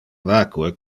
vacue